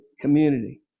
community